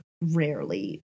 rarely